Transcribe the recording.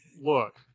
Look